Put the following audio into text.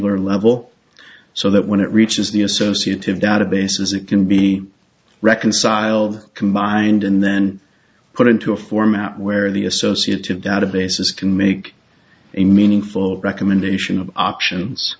ar level so that when it reaches the associated databases it can be reconciled combined and then put into a format where the associated databases can make a meaningful recommendation of options